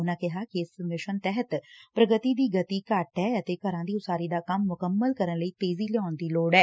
ਉਨੂਂ ਕਿਹਾ ਇਸ ਮਿਸ਼ਨ ਤਹਿਤ ਪ੍ਗਤੀ ਦੀ ਗਤੀ ਘੱਟ ਐ ਅਤੇ ਘਰਾ ਦੀ ਉਸਾਰੀ ਦਾ ਕੰਮ ਮੁਕੰਮਲ ਕਰਨ ਲਈ ਤੇਜ਼ੀ ਲਿਆਉਣ ਦੀ ਲੋਤ ਐ